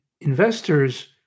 investors